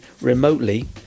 remotely